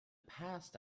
past